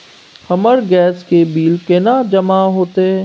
हमर गैस के बिल केना जमा होते?